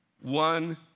One